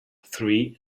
three